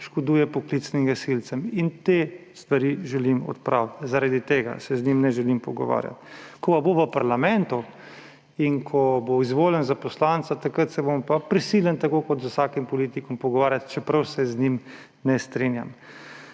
škoduje poklicnim gasilcem. Te stvari želim odpraviti, zaradi tega se z njim ne želim pogovarjati. Ko pa bo v parlamentu in ko bo izvoljen za poslanca, takrat se bom pa prisiljen tako kot z vsakim politikom pogovarjati, čeprav se z njim ne strinjam.